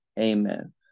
Amen